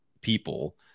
people